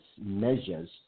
measures